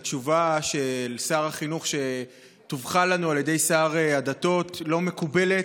התשובה של שר החינוך שתווכה לנו על ידי שר הדתות לא מקובלת,